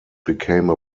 became